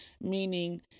meaning